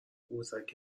قوزک